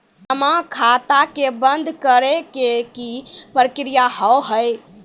जमा खाता के बंद करे के की प्रक्रिया हाव हाय?